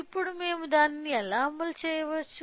ఇప్పుడు మేము దానిని ఎలా అమలు చేయవచ్చు